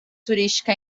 turística